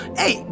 hey